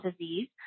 disease